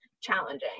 challenging